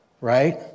right